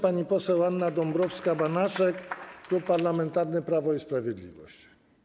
Pani poseł Anna Dąbrowska-Banaszek, Klub Parlamentarny Prawo i Sprawiedliwość.